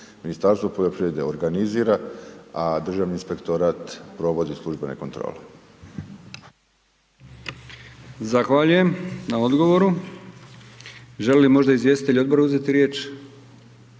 Ministarstvo poljoprivrede organizira, a Državni inspektorat provodi službene kontrole.